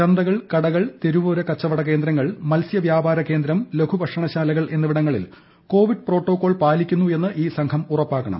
ചന്തകൾ കടകൾ തെരുവോര കച്ചവട കേന്ദ്രങ്ങൾ മത്സൃവ്യാപാരി കേന്ദ്രം ലഘുഭക്ഷണശാലകൾ എന്നിവിടങ്ങളിൽ കോവിഡ് പ്രോട്ടോക്കോളുകൾ പാലിക്കുന്നു എന്ന് ഈ സംഘം ഉറപ്പാക്കണം